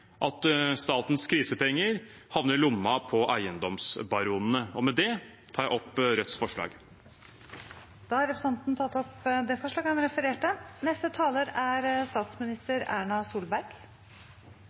at statens krisepenger havner i lomma til eiendomsbaronene. Med det tar jeg opp Rødts forslag. Da har representanten Bjørnar Moxnes tatt opp de forslagene han refererte